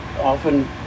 often